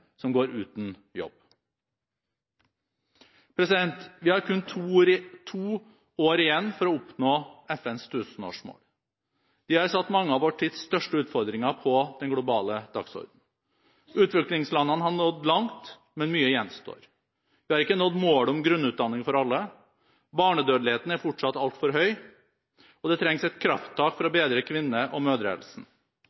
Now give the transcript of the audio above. som går uten jobb. Vi har kun to år igjen på å oppnå FNs tusenårsmål. Vi har satt mange av vår tids største utfordringer på den globale dagsordenen. Utviklingslandene har nådd langt, men mye gjenstår. Vi har ikke nådd målet om grunnutdanning for alle, barnedødeligheten er fortsatt altfor høy, og det trengs et krafttak for å